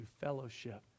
fellowship